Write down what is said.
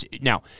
Now